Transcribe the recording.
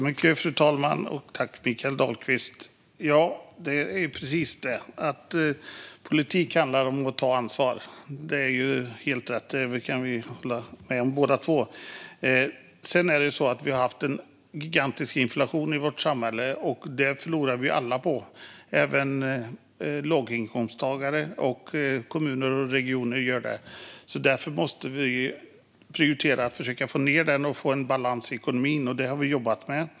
Fru talman! Politik handlar om att ta ansvar. Det kan vi båda hålla med om. Det har varit en gigantisk inflation i vårt samhälle, och det förlorar vi alla på - även låginkomsttagare samt kommuner och regioner. Därför måste vi prioritera att försöka få ned inflationen och få balans i ekonomin. Det har vi jobbat med.